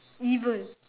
evil